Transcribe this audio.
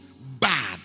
bad